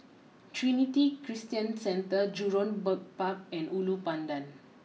Trinity Christian Centre Jurong Bird Park and Ulu Pandan